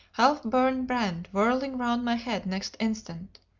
half-burned brand whirling round my head next instant.